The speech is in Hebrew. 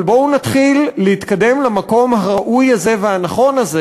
אבל בואו נתחיל להתקדם למקום הראוי הזה והנכון הזה